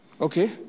Okay